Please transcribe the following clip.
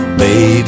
baby